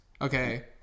okay